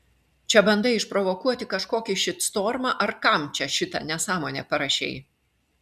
čia bandai išprovokuoti kažkokį šitstormą ar kam čia šitą nesąmonę parašei